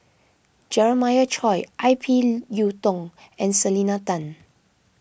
Jeremiah Choy I P Yiu Tung and Selena Tan